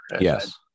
yes